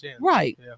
right